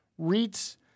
REITs